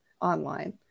online